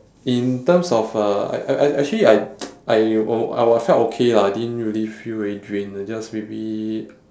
in terms of uh I I I actually I I o~ I would have felt okay lah I didn't really feel very drained ah just maybe